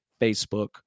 Facebook